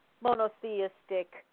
monotheistic